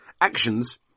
actions